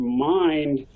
mind